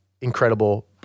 incredible